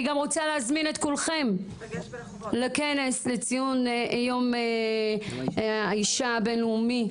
אני גם רוצה להזמין את כולכם לכנס לציון יום האישה הבינלאומי,